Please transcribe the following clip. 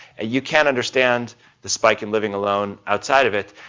you can't understand the spike in living alone outside of it,